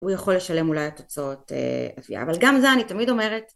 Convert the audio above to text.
הוא יכול לשלם אולי התוצאות אבל גם זה אני תמיד אומרת